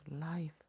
life